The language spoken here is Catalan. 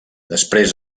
després